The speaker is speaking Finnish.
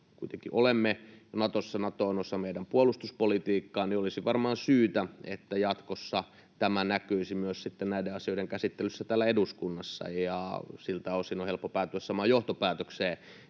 kuitenkin olemme Natossa, Nato on osa meidän puolustuspolitiikkaa, niin olisi varmaan syytä, että jatkossa tämä näkyisi sitten näiden asioiden käsittelyssä myös täällä eduskunnassa. Siltä osin on helppo päätyä samaan johtopäätökseen,